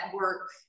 work